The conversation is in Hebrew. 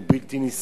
זה בלתי נסבל.